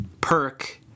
perk